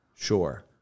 Sure